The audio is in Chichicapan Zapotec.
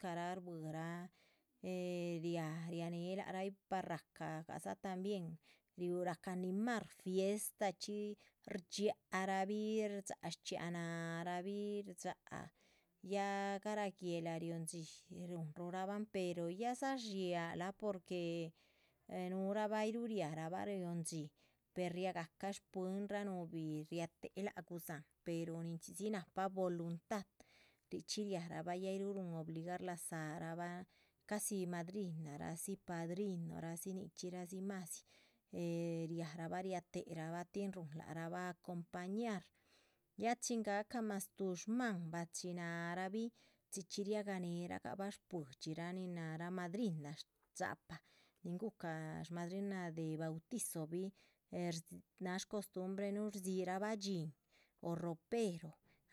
Shbuirah eh riáh riahnehe lac rabih par rahca gah gadza tambien riúh rahca animar fiesta chxí shdxiáhara bih shdxáac shchxiáha náharabih shdxáac ya garáh guéhla rióhon. dxí ruhunrurabahn pero ya dzá dxiáha lah porque eh núhurabah ayruh riá rabah rióhon dxí per riágahcah shpuhinraa núhubi riáha téhec lác gudzáhan pero ninchxí dzi nahpa. voluntad richxí riahrabah ya ayruh ruhun obligar lazárabah casi madrinara dzí, padrinurazi nichxí madzi eh riahrabah riatéherabah tin lac rabah acompañar. ya chin gahca mas tuh shmáhan bachináharabih chxí chxí riaganeh ragabah shpuidxirah nin náharah madrina dxápaa nin gucah shmadrina de bautizonbih eh náha shcostumbrenuh. rdzírabah dxíhin o ropero